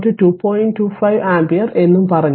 25 ampere എന്നും പറഞ്ഞു